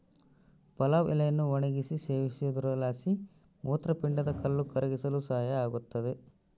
ಪಲಾವ್ ಎಲೆಯನ್ನು ಒಣಗಿಸಿ ಸೇವಿಸೋದ್ರಲಾಸಿ ಮೂತ್ರಪಿಂಡದ ಕಲ್ಲು ಕರಗಿಸಲು ಸಹಾಯ ಆಗುತ್ತದೆ